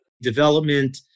development